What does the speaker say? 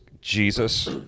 Jesus